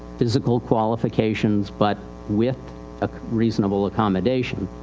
physical qualifications, but with a reasonable accommodation.